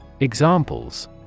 Examples